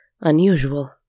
Unusual